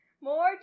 More